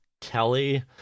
Kelly